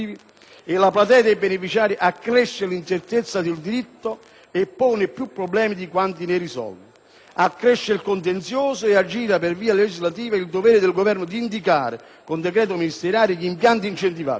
la platea dei beneficiari accresce l'incertezza del diritto e pone più problemi di quanti non ne risolva: accresce il contenzioso e aggira per via legislativa il dovere del Governo di indicare, con decreto ministeriale, gli impianti incentivabili.